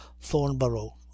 Thornborough